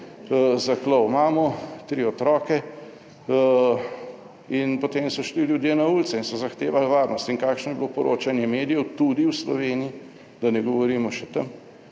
zaklal mamo, tri otroke in potem so šli ljudje na ulice in so zahtevali varnost. In kakšno je bilo poročanje medijev tudi v Sloveniji, da ne govorimo še tam?